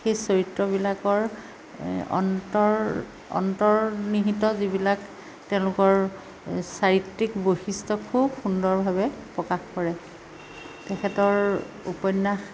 সেই চৰিত্ৰবিলাকৰ অন্তৰ অন্তৰ্নিহিত যিবিলাক তেওঁলোকৰ চাৰিত্ৰিক বৈশিষ্ট্য় খুব সুন্দৰভাৱে প্ৰকাশ কৰে তেখেতৰ উপন্য়াস